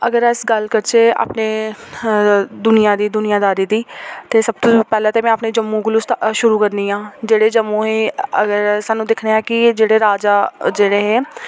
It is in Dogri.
अगर अस गल्ल करचै अपने दुनिया दी दुनियादारी दी ते सब तों पैह्वे तां में अपने जम्मू कोला स्टा शुरू करनी आं जेह्ड़े जम्मू हे अगर सानू दिक्खने आं कि जेह्ड़े राजा जेह्ड़े हे